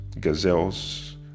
gazelles